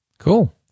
Cool